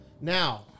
Now